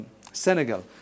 Senegal